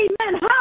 Amen